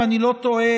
אם אני לא טועה,